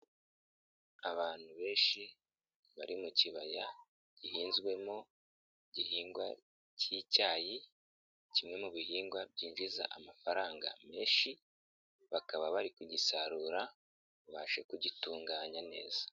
Abantu benshi bari mu kibaya gihinzwemo igihingwa cy'icyayi, kimwe mu bihingwa byinjiza amafaranga menshi, bakaba bari kugisarura bashe kugitunganya neza.